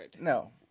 No